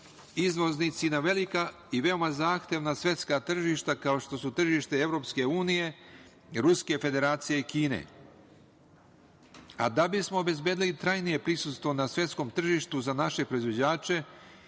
izvoznici na velika i veoma zahtevna svetska tržišta, kao što su tržište EU, Ruske Federacije i Kine, a da bismo obezbedili trajnije prisustvo na svetskom tržištu za naše proizvođače